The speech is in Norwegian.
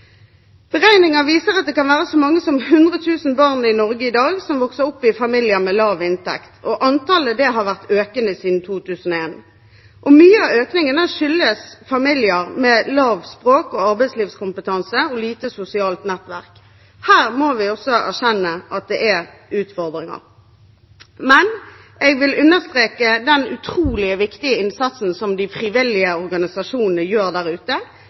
Beregninger viser at det kan være så mange som 100 000 barn i Norge i dag som vokser opp i familier med lav inntekt. Antallet har vært økende siden 2001, og mye av økningen skyldes familier med lav språk- og arbeidslivskompetanse og lite sosialt nettverk. Her må vi erkjenne at det er utfordringer. Jeg vil understreke den utrolig viktige innsatsen de frivillige organisasjonene gjør der ute.